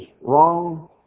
wrong